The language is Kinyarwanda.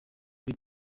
kuri